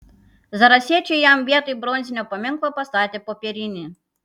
zarasiečiai jam vietoj bronzinio paminklo pastatė popierinį